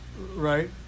right